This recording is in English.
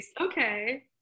okay